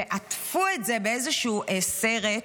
ועטפו את זה באיזשהו סרט,